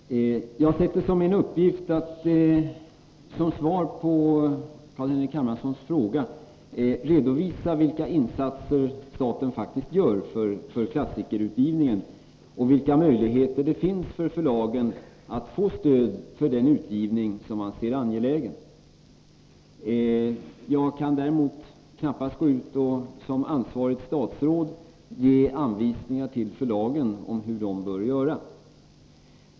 Herr talman! Jag har sett det som min uppgift att som svar på Carl-Henrik Hermanssons fråga redovisa vilka insatser staten faktiskt gör för klassikerutgivningen och vilka möjligheter det finns för förlagen att få stöd för den utgivning som man ser angelägen. Jag kan däremot knappast gå ut och som ansvarigt statsråd ge anvisningar till förlagen om hur de bör göra.